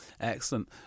excellent